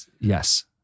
Yes